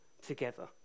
together